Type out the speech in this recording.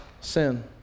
sin